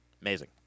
Amazing